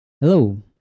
Hello